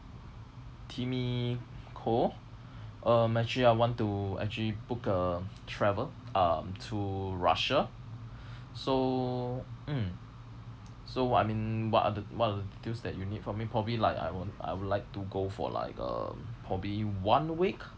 timmy koh um actually I want to actually book a travel um to russia so mm so what I mean what are the details that you need from me probably like I would I would like to go for like uh probably one week